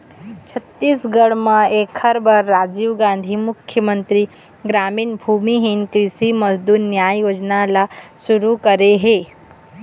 छत्तीसगढ़ म एखर बर राजीव गांधी मुख्यमंतरी गरामीन भूमिहीन कृषि मजदूर नियाय योजना ल सुरू करे हे